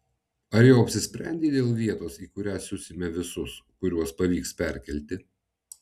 ar jau apsisprendei dėl vietos į kurią siusime visus kuriuos pavyks perkelti